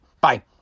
Bye